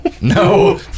no